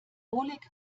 oleg